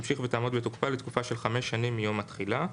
תמשיך ותעמוד בתוקפה לתקופה של 5 שנים מיום התחילה."